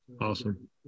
Awesome